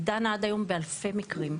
היא דנה עד היום באלפי מקרים.